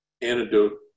antidote